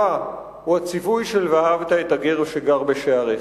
הוא הציווי של ואהבת את הגר שגר בשעריך.